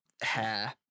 hair